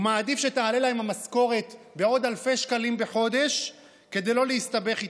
הוא מעדיף שתעלה להם המשכורת בעוד אלפי שקלים בחודש כדי לא להסתבך איתם.